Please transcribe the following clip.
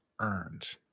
earned